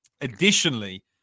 Additionally